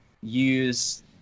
use